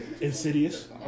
Insidious